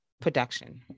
production